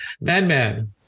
Madman